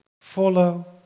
follow